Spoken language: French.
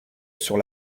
sur